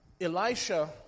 Elisha